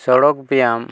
ᱥᱚᱲᱚᱠ ᱵᱮᱭᱟᱢ